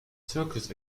circus